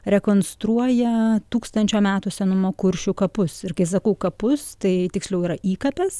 rekonstruoja tūkstančio metų senumo kuršių kapus ir kai sakau kapus tai tiksliau yra įkapės